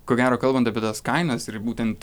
ko gero kalbant apie tas kainas ir būtent